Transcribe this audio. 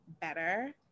better